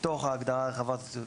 מתוך ההגדרה הרחבה הזאת,